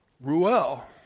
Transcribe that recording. Ruel